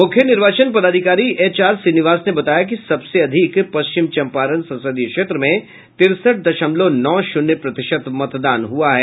मुख्य निर्वाचन पदाधिकारी एच आर श्रीनिवास ने बताया कि सबसे अधिक पश्चिम चंपारण संसदीय क्षेत्र में तिरसठ दशमलव नौ शून्य प्रतिशत मतदान हुआ है